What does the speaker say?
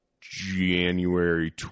January